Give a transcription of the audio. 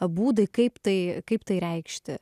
būdai kaip tai kaip tai reikšti